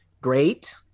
Great